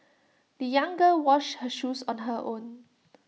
the young girl washed her shoes on her own